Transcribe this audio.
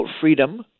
freedom